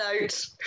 note